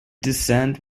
dissent